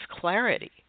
clarity